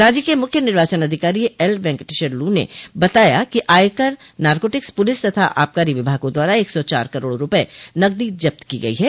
राज्य के मुख्य निर्वाचन अधिकारी एल वेंकेटेश्वर लू ने बताया है कि आयकर नार्कोटिक्स पुलिस तथा आबकारी विभागों द्वारा एक सौ चार करोड रूपये नकदी जब्त की गयी है